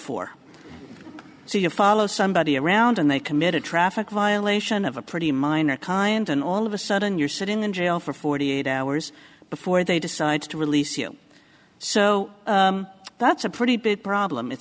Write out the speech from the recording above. for so you follow somebody around and they committed traffic violation of a pretty minor kind and all of a sudden you're sitting in jail for forty eight hours before they decide to release you so that's a pretty big problem it